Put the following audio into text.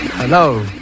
Hello